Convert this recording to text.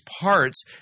parts